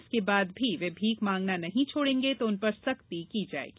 इसके बाद भी वे भीख मांगना नहीं छोड़ेंगे तो उन पर सख्ती की जाएगी